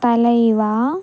తలైవా